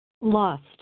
lost